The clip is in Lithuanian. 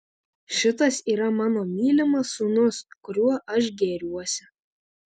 šitas yra mano mylimas sūnus kuriuo aš gėriuosi